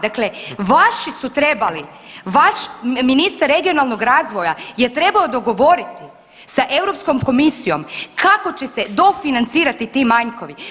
Dakle, vaši su trebali, vaš ministar regionalnog razvoja je trebao dogovoriti sa Europskom komisijom kako će se dofinancirati manjkovi.